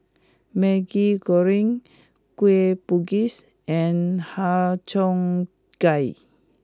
Maggi Goreng Kueh Bugis and Har Cheong Gai